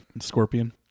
scorpion